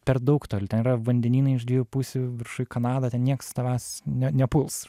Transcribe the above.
per daug toli ten yra vandenynai iš dviejų pusių viršuj kanada ten nieks tavęs ne nepuls